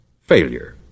failure